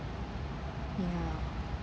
ya